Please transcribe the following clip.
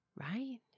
Right